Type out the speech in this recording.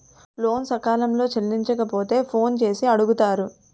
లోను సకాలంలో చెల్లించకపోతే ఫోన్ చేసి అడుగుతారు